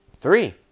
three